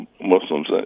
Muslims